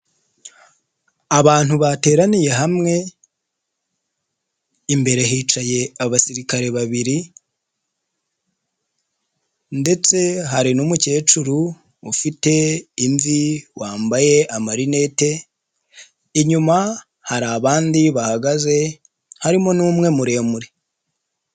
Abantu bateraniye hamwe imbere hicaye abasirikare babiri ndetse hari n'umukecuru ufite imvi wambaye amarinete, inyuma hari abandi bahagaze harimo n'umwe muremure.